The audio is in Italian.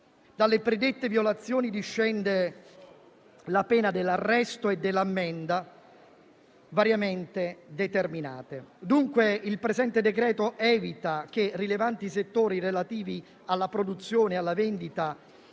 Dalle predette violazioni discende la pena dell'arresto e dell'ammenda, variamente determinata. Dunque il decreto-legge in esame evita che rilevanti settori relativi alla produzione e alla vendita